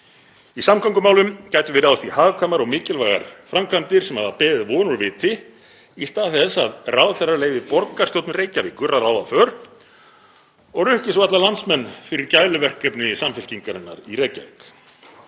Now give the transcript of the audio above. Í samgöngumálum gætum við ráðast í hagkvæmar og mikilvægar framkvæmdir sem hafa beðið von úr viti í stað þess að ráðherrar leyfi borgarstjórn Reykjavíkur að ráða för og rukki svo alla landsmenn fyrir gæluverkefni Samfylkingarinnar í Reykjavík.